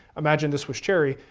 imagine this was cherry.